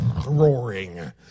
roaring